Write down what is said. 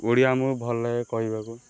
ଓଡ଼ିଆ ଆମକୁ ଭଲ ଲାଗେ କହିବାକୁ